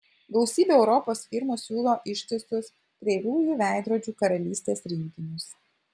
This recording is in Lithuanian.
gausybė europos firmų siūlo ištisus kreivųjų veidrodžių karalystės rinkinius